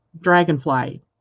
dragonfly